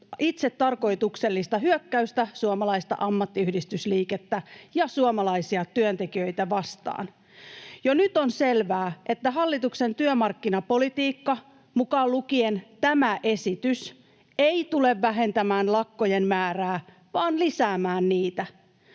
itsetarkoituksellista hyökkäystä suomalaista ammattiyhdistysliikettä ja suomalaisia työntekijöitä vastaan. Jo nyt on selvää, että hallituksen työmarkkinapolitiikka, mukaan lukien tämä esitys, ei tule vähentämään lakkojen määrää vaan lisäämään niitä.